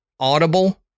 audible